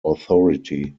authority